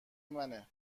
منه